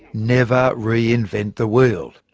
never reinvent the wheel.